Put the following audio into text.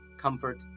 comfort